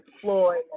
Floyd